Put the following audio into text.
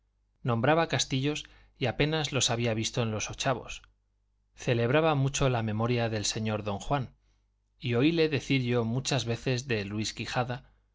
nombraba castillos y apenas los había visto en los ochavos celebraba mucho la memoria del señor don juan y oíle decir yo muchas veces de luis quijada